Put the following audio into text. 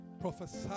Prophesy